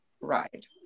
ride